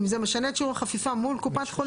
אם זה משנה את שיעור החפיפה מול קופת חולים